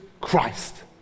Christ